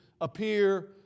appear